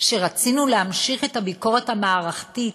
שרצינו להמשיך את הביקורת המערכתית,